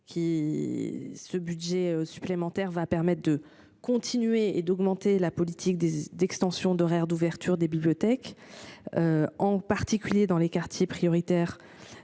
Ce budget supplémentaire permettra de continuer notre politique d’extension des horaires d’ouverture des bibliothèques, en particulier dans les quartiers prioritaires